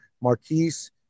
Marquise